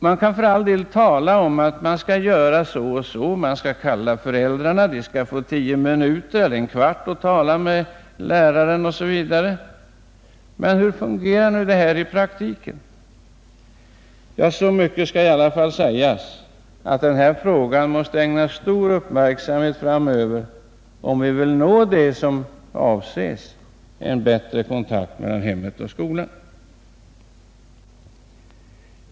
Man kan för all del tala om att man skall göra så och så, man skall kunna kalla till sig föräldrarna, de skall få tio minuter eller en kvart på sig för att tala med lärarna osv., men hur fungerar det i praktiken? Så mycket skall i alla fall sägas som att denna fråga måste ägnas stor uppmärksamhet framöver, om vi vill nå det mål som avses: en bättre kontakt mellan hemmet och skolan.